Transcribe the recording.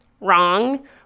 wrong